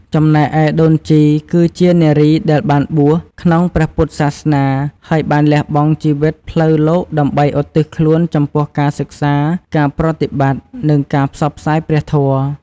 ចំណែកឯដូនជី គឺជា នារីដែលបានបួស ក្នុងព្រះពុទ្ធសាសនា ហើយបានលះបង់ជីវិតផ្លូវលោកដើម្បីឧទ្ទិសខ្លួនចំពោះការសិក្សា ការប្រតិបត្តិ និងការផ្សព្វផ្សាយព្រះធម៌។